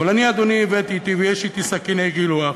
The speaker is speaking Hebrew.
אבל אני, אדוני, הבאתי אתי, ויש אתי סכיני גילוח.